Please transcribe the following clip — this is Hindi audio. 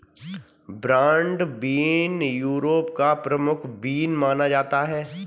ब्रॉड बीन यूरोप का प्रमुख बीन माना जाता है